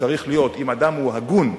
צריך להיות, אם אדם הוא הגון,